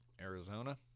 Arizona